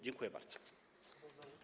Dziękuję bardzo.